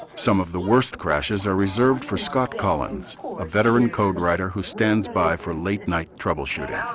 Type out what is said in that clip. some of the worst crashes are reserved for scott collins a veteran code writer who stands by for late night troubleshooting.